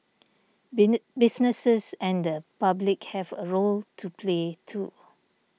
businesses and the public have a role to play too